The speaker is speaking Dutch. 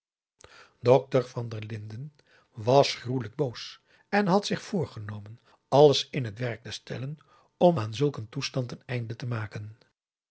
dokter van der linden was gruwelijk boos en had zich voorgenomen alles in het werk te stellen om aan zulk een toestand een einde te maken